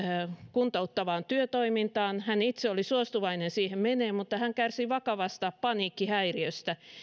kuntouttavaan työtoimintaan hän itse oli suostuvainen siihen menemään mutta hän kärsii vakavasta paniikkihäiriöstä